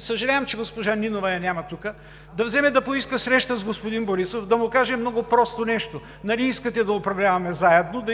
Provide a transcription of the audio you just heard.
съжалявам, че госпожа Нинова я няма тук, да вземе да поиска среща с господин Борисов, да му каже много просто нещо: Нали искате да управляваме заедно,